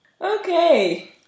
Okay